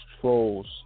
trolls